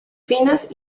finas